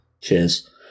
Cheers